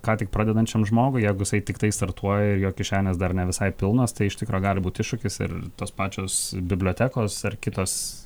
ką tik pradedančiam žmogui jeigu jisai tiktai startuoja ir jo kišenės dar ne visai pilnos tai iš tikro gali būt iššūkis ir tos pačios bibliotekos ar kitos